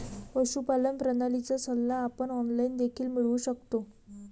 पशुपालन प्रणालीचा सल्ला आपण ऑनलाइन देखील मिळवू शकतो